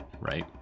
right